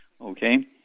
okay